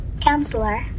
Counselor